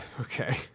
Okay